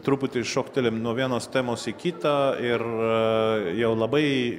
truputį šoktelim nuo vienos temos į kitą ir jau labai